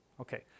Okay